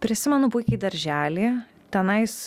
prisimenu puikiai darželį tenais